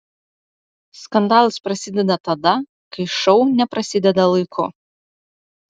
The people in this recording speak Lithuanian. skandalas prasideda tada kai šou neprasideda laiku